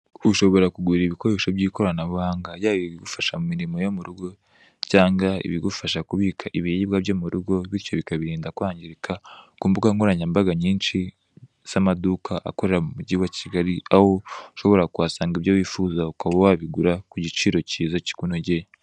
Ushobora kugura ibikoresho by'ikoranabuhanga, yaba ibigufasha mu mirimo yo mu rugo cyangwa ibigufasha kubika ibiribwa byo mu rugo bityo bikabirinda kwangirika, ku mbuga nkoranyambaga nyinshi z'amaduka akorera mu mujyi wa Kigali, aho ushobora kuhasanga ibyo wifuza ukaba wabigura ku giciro cyiza kikunogeye.